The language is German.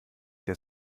der